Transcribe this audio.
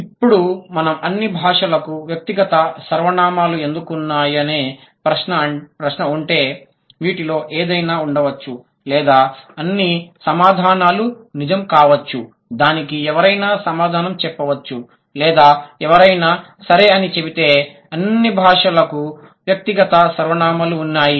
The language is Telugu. ఇప్పుడు అన్ని భాషలకు వ్యక్తిగత సర్వనామాలు ఎందుకు ఉన్నాయనే ప్రశ్న ఉంటే వీటిలో ఏదైనా ఉండవచ్చు లేదా అన్ని సమాధానాలు నిజం కావచ్చు దానికి ఎవరైనా సమాధానం చెప్పవచ్చు లేదా ఎవరైనా సరే అని చెబితే అన్ని భాషలకు వ్యక్తిగత సర్వనామాలు ఉన్నాయి